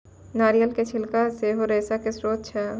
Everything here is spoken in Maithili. नारियलो के छिलका सेहो रेशा के स्त्रोत छै